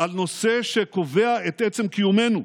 על נושא שקובע את עצם קיומנו.